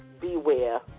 beware